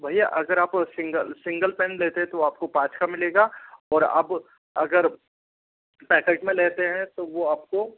भैया अगर आप सिंगल सिंगल पेन लेते हैं तो आपको पाँच का मिलेगा और आप अगर पैकेट में लेते हैं तो वो आपको